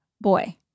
boy